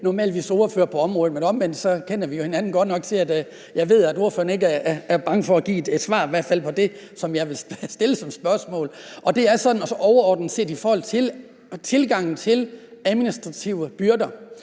normalt er ordfører på området, men omvendt kender vi jo hinanden godt nok til at vide, at ordføreren ikke er bange for at give et svar på det, jeg vil stille som spørgsmål. Det er overordnet set om tilgangen til administrative byrder.